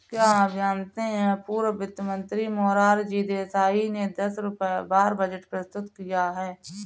क्या आप जानते है पूर्व वित्त मंत्री मोरारजी देसाई ने दस बार बजट प्रस्तुत किया है?